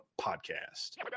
Podcast